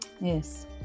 yes